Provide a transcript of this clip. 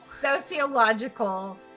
sociological